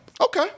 Okay